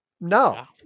No